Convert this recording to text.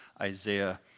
Isaiah